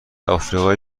آفریقای